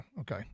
okay